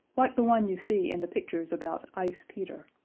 like the one you see in the pictures about ice-peter,